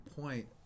point